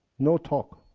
no talk.